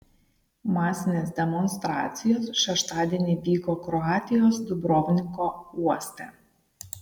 masinės demonstracijos šeštadienį vyko kroatijos dubrovniko uoste